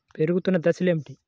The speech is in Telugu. పెరుగుతున్న దశలు ఏమిటి?